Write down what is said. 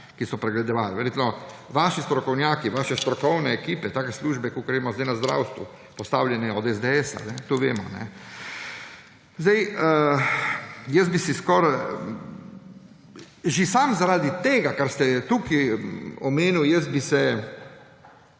ki so pregledovali. Verjetno vaši strokovnjaki, vaše strokovne ekipe, take službe, kakor so zdaj na zdravstvu, postavljene od SDS. To vemo. Jaz bi si skoraj že samo zaradi tega, kar ste tukaj omenili, če imate